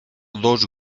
dos